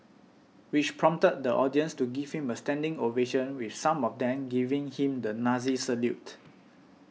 which prompted the audience to give him a standing ovation with some of them giving him the Nazi salute